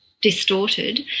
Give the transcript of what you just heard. distorted